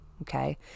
Okay